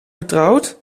getrouwd